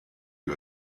più